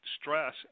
stress